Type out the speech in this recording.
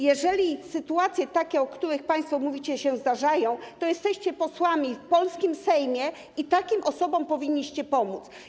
Jeżeli takie sytuacje, o których państwo mówicie, się zdarzają, to jesteście posłami w polskim Sejmie i takim osobom powinniście pomóc.